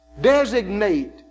Designate